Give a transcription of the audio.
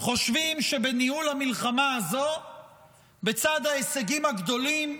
חושבים שבניהול המלחמה הזו בצד ההישגים הגדולים,